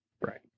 Right